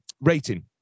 rating